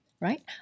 right